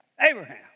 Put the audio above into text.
Abraham